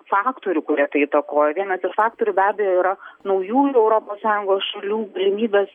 faktorių kurie tai įtakojo vienas iš faktorių be abejo yra naujųjų europos sąjungos šalių galimybės